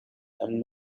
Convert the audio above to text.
and